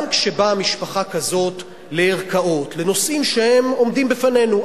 גם כשבאה משפחה כזאת לערכאות בנושאים שעומדים בפנינו,